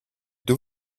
deux